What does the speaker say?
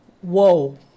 whoa